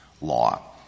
law